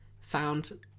found